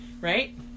right